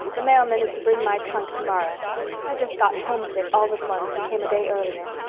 the mailman is to bring my trunk tomorrow i just got homesick all at once, and came a day earlier.